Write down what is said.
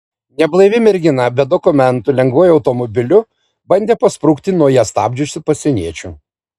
neblaivi mergina be dokumentų lengvuoju automobiliu bandė pasprukti nuo ją stabdžiusių pasieniečių